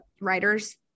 writers